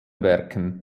werken